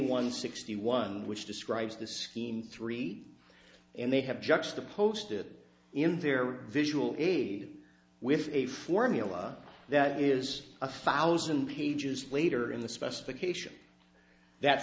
one sixty one which describes this scheme three and they have judged the post it in their visual aid with a formula that is a thousand pages later in the specification that